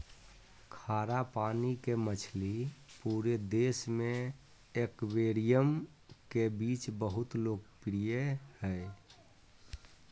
खारा पानी के मछली पूरे देश में एक्वेरियम के बीच बहुत लोकप्रिय हइ